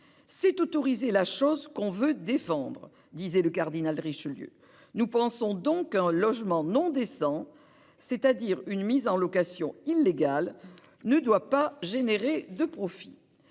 c'est autoriser la chose qu'on veut défendre », selon le cardinal de Richelieu. Nous pensons donc qu'un logement non décent, c'est-à-dire une mise en location illégale, ne doit pas générer de profit.